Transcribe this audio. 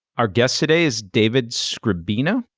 our guest today is david skrbina,